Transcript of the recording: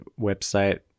website